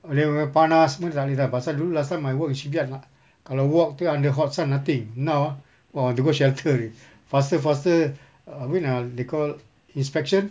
and dia panas semua tak boleh lah pasal dulu last time my work is shipyard mah kalau walk tu under hot sun nothing now ah !wah! have to go shelter already faster faster err apa ni they call inspection